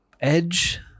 edge